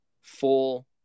full